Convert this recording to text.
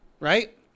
Right